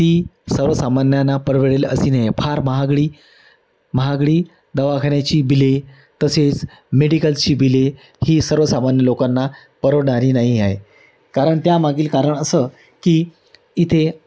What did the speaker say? ती सर्वसामान्यांना परवडेल अशी नाही आहे फार महागडी महागडी दवाखान्याची बिले तसेच मेडिकल्सची बिले ही सर्वसामान्य लोकांना परवडणारी नाही आहे कारण त्यामागील कारण असं की इथे